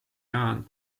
jaan